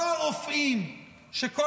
לא הרופאים שכל